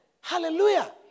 Hallelujah